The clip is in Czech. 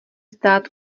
stát